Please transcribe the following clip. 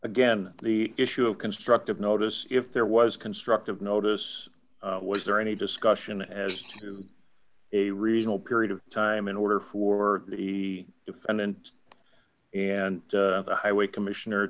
again the issue of constructive notice if there was constructive notice was there any discussion as to a reasonable period of time in order for the defendant and the highway commissioner